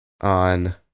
on